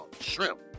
shrimp